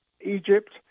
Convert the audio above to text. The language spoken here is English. Egypt